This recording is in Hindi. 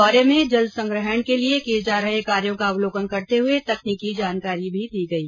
दौरे में जल संग्रहण के लिए किये जा रहे कार्यो का अवलोकन करते हुए तकनीकी जानकारी भी दी गई